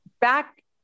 back